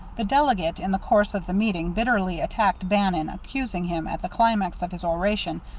the delegate, in the course of the meeting, bitterly attacked bannon, accusing him, at the climax of his oration,